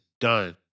done